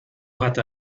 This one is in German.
hatte